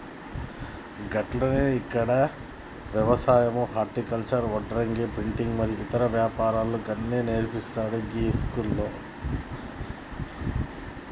గట్లనే ఇక్కడ యవసాయం హర్టికల్చర్, వడ్రంగి, ప్రింటింగు మరియు ఇతర వ్యాపారాలు అన్ని నేర్పుతాండు గీ బడిలో